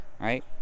right